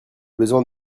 besoin